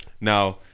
Now